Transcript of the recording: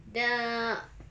the